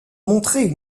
montrait